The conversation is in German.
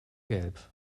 gelb